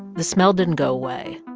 the smell didn't go away.